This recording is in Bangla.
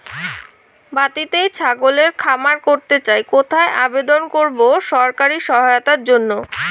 বাতিতেই ছাগলের খামার করতে চাই কোথায় আবেদন করব সরকারি সহায়তার জন্য?